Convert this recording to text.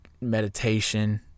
meditation